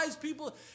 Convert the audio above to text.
people